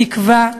בתקווה,